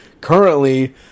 currently